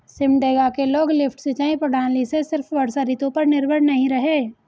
सिमडेगा के लोग लिफ्ट सिंचाई प्रणाली से सिर्फ वर्षा ऋतु पर निर्भर नहीं रहे